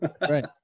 Right